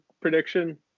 prediction